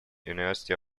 university